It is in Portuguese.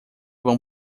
vão